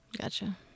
Gotcha